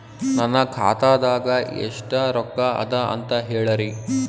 ನನ್ನ ಖಾತಾದಾಗ ಎಷ್ಟ ರೊಕ್ಕ ಅದ ಅಂತ ಹೇಳರಿ?